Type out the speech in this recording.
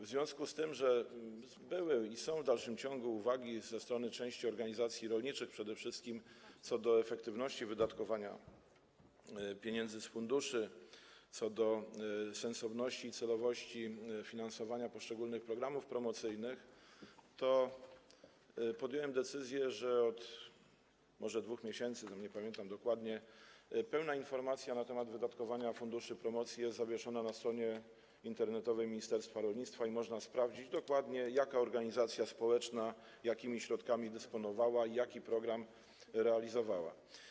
W związku z tym, że były i są w dalszym ciągu uwagi ze strony części organizacji rolniczych przede wszystkim co do efektywności wydatkowania pieniędzy z funduszy, co do sensowności i celowości finansowania poszczególnych programów promocyjnych, podjąłem decyzję, że od 2 miesięcy, nie pamiętam dokładnie, pełna informacja na temat wydatków funduszy promocji jest zawieszona na stronie internetowej ministerstwa rolnictwa i można dokładnie sprawdzić, jaka organizacja społeczna, jakimi środkami dysponowała i jaki program realizowała.